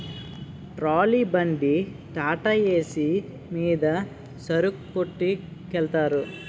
trolley బండి టాటాఏసి మీద సరుకొట్టికెలతారు